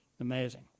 Amazing